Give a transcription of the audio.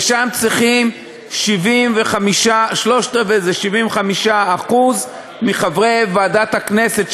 ושם צריכים 75%; שלושה-רבעים זה 75% מחברי ועדת הכנסת,